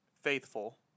Faithful